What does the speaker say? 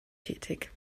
tätig